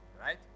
right